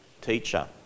teacher